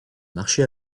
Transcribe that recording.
marché